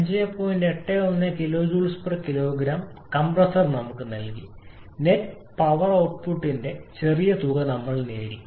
81 kJ kg compressor നമുക്ക് നൽകി net power ഔട്ട്പുട്ടിന്റെ ചെറിയ തുക നേടി